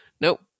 Nope